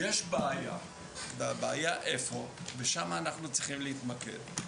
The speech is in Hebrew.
יש בעיה, ושם אנחנו צריכים להתמקד,